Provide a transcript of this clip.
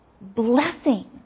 blessing